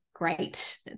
great